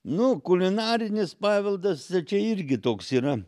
nu kulinarinis paveldas tai čia irgi toks yra